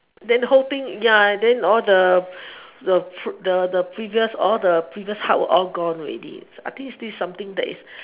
then whole thing ya then all the the the the previous all the previous hardwork all gone already I think this is something that is